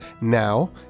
now